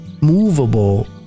movable